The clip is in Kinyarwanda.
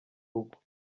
rugo